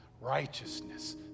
righteousness